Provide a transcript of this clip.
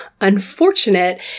unfortunate